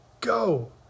Go